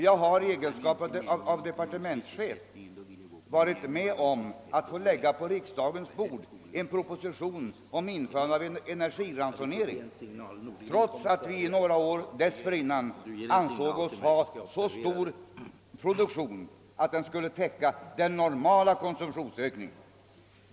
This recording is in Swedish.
Jag har i egenskap av departementschef varit med om att på riksdagens bord lägga en proposition om införande av energiransonering, trots att vi några år dessförinnan ansåg oss ha en så stor produktion att den skulle täcka den normala konsumtionsökningen.